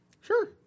Sure